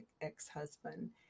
ex-husband